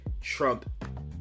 Trump